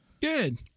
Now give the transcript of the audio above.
Good